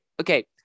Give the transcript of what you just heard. okay